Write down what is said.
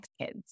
kids